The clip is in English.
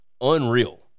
unreal